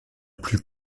plus